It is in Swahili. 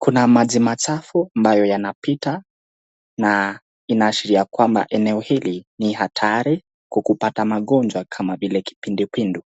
Kuna maji machafu ambayo yanapita na inaashiria kwamba eneo hili ni hatari kupata magonjwa kama vile kipindupindu.